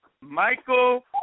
Michael